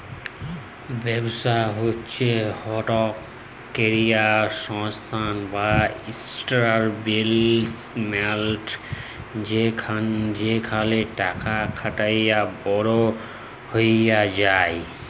ব্যবসা হছে ইকট ক্যরে সংস্থা বা ইস্টাব্লিশমেল্ট যেখালে টাকা খাটায় বড় হউয়া যায়